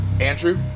Andrew